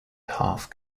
half